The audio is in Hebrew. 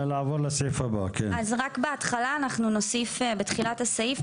עוד יבוא מישהו ויגיד: אני מוסלמי ויקירי נפטרי לי ביום שישי,